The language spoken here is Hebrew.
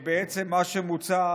בעצם מה שמוצע,